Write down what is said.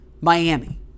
Miami